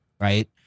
right